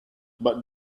but